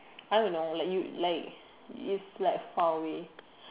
I don't know like you is like far away